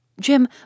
Jim